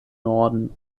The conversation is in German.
norden